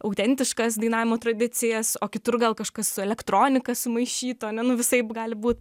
autentiškas dainavimo tradicijas o kitur gal kažkas su elektronika sumaišyto ne nu visaip gali būt